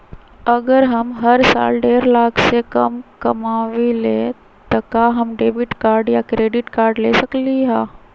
अगर हम हर साल डेढ़ लाख से कम कमावईले त का हम डेबिट कार्ड या क्रेडिट कार्ड ले सकली ह?